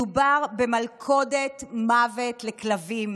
מדובר במלכודת מוות לכלבים,